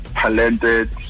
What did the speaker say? talented